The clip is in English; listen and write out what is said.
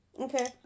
Okay